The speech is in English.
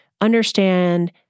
understand